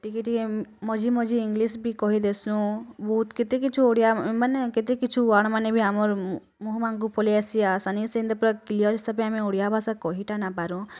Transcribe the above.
ଟିକେ ଟିକେ ମଝି ମଝି ଇଂଲିଶ୍ ବି କହିଦେସୁଁ ବହୁତ୍ କେତେ କିଛୁ ଓଡ଼ିଆ ମାନେ କେତେ କିଛୁ ୱାଡ଼୍ ମାନେ ବି ଆମର୍ ମୁହୁଁ ମାନକୁଁ ପଲେଇ ଆଏସି ଆସାନିସେ ଏନ୍ତା ପୂରା କ୍ଲିୟର୍ ହିସାବେ ଆମେ ଓଡ଼ିଆଭାଷା କହିଟା ନାଇଁପାରୁଁ